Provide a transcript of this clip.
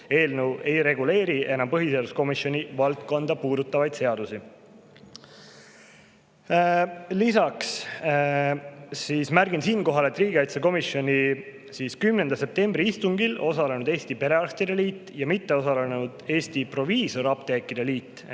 eelnõu ei reguleeri enam põhiseaduskomisjoni valdkonda puudutavaid seadusi. Lisaks märgin siinkohal, et riigikaitsekomisjoni 10. septembri istungil osalenud Eesti Perearstide [Selts] ja mitteosalenud Eesti Proviisorapteekide Liit